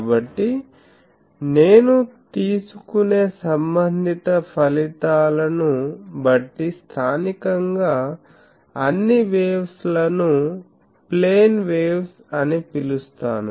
కాబట్టి నేను తీసుకునే సంబంధిత ఫలితాలను బట్టి స్థానికంగా అన్ని వేవ్స్ లను ప్లేన్ వేవ్స్ అని పిలుస్తాను